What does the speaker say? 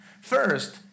first